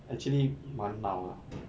actually 蛮老 ah